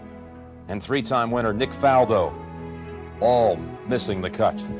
and three-time winner. nick faldo all missing the cut.